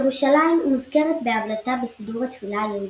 ירושלים מוזכרת בהבלטה בסידור התפילה היהודי,